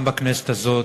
גם בכנסת הזאת,